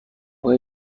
های